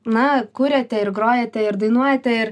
na kuriate ir grojate ir dainuojate ir